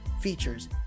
features